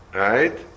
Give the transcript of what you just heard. right